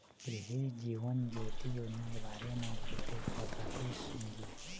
कृसि जीवन ज्योति योजना के बारे म कुछु बताते संगी